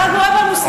אתה הגורם המוסמך,